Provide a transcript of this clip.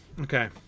okay